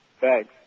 Thanks